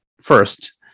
first